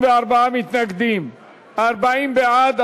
44 מתנגדים, 40 בעד.